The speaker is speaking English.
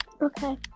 okay